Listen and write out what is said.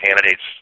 candidates